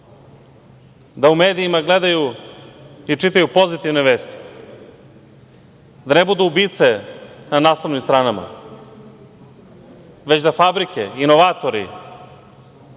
da u medijima gledaju i čitaju pozitivne vesti, da ne budu ubice na naslovnim stranama, već da fabrike, inovatori,